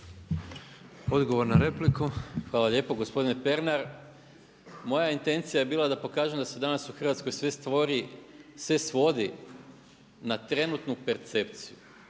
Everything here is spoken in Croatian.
Gordan (SDP)** Hvala lijepo gospodine Pernar. Moja intencija je bila da pokažem da danas u Hrvatskoj sve svodi na trenutnu percepciju.